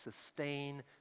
sustain